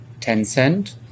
Tencent